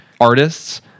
artists